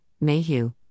Mayhew